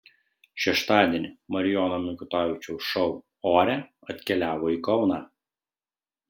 šeštadienį marijono mikutavičiaus šou ore atkeliavo į kauną